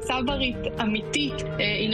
הדיונים בוועדות יימשכו,